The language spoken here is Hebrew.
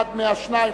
מאחד מהשניים,